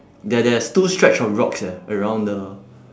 there there's two stretch of rocks eh around the